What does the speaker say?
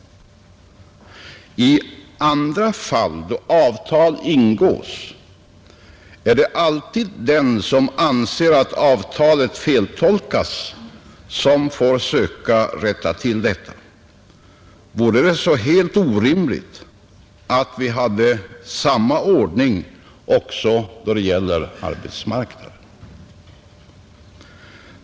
I andra fall, då avtal ingås, är det alltid den som anser att avtalet feltolkats som får söka rätta till det. Vore det så helt orimligt att vi hade samma ordning också då det gäller arbetsmarknaden?